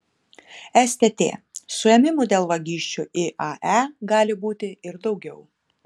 stt suėmimų dėl vagysčių iae gali būti ir daugiau